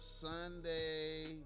Sunday